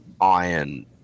iron